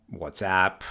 WhatsApp